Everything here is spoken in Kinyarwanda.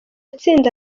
tsinda